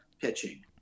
pitching